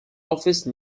office